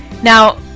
Now